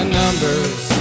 numbers